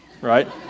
right